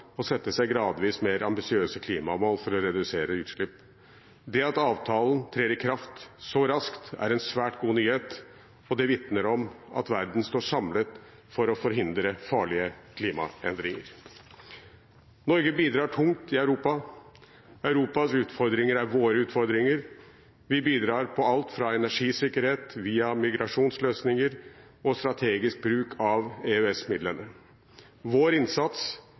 seg gradvis mer ambisiøse klimamål for å redusere utslipp. Det at avtalen trer i kraft så raskt, er en svært god nyhet, og det vitner om at verden står samlet for å forhindre farlige klimaendringer. Norge bidrar tungt i Europa. Europas utfordringer er våre utfordringer. Vi bidrar på alt fra energisikkerhet via migrasjonsløsninger og strategisk bruk av EØS-midlene. Vår innsats